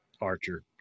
Archer